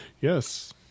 Yes